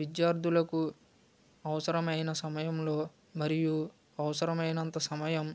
విద్యార్థులకు అవసరమైన సమయంలో మరియు అవసరమైనంత సమయం